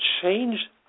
change